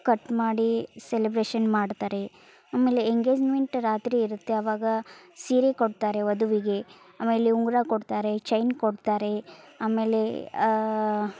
cut ಮಾಡಿ celebration ಮಾಡ್ತಾರೆ ಆಮೇಲೆ ಎಂಗೇಜ್ಮೆಂಟ್ ರಾತ್ರಿ ಇರುತ್ತೆ ಅವಾಗ ಸೀರೆ ಕೊಡ್ತಾರೆ ವಧುವಿಗೆ ಆಮೇಲೆ ಉಂಗುರ ಕೊಡ್ತಾರೆ ಚೈನ್ ಕೊಡ್ತಾರೆ ಆಮೇಲೆ